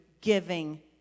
giving